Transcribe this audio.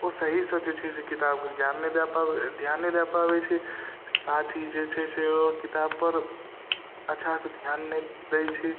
ओ सहीसँ जे छै से किताबके ध्यान नहि दए ध्यान नहि दए पाबै छै साथ ही जे छै से ओ किताबपर अच्छासँ ध्यान नहि दै छै